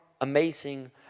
amazing